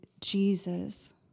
Jesus